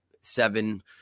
seven